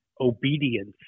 obedience